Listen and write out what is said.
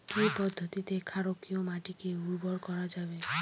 কি পদ্ধতিতে ক্ষারকীয় মাটিকে উর্বর করা যাবে?